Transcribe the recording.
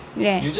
yeah